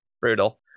brutal